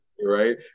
right